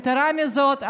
יתרה מזאת,